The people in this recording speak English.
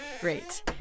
Great